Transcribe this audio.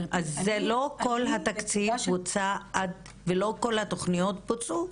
אז לא כל התקציב בוצע, ו לא כל התוכניות בוצעו.